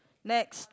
next